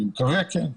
אני מקווה, כן.